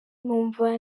numva